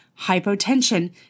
hypotension